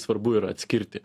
svarbu yra atskirti